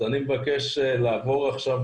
אני מבקש לעבור עכשיו,